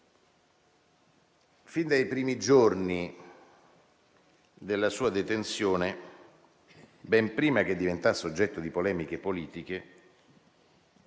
Fin dai primi giorni della sua detenzione, ben prima che diventasse oggetto di polemiche politiche,